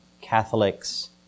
Catholics